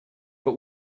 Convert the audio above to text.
but